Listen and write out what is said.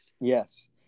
Yes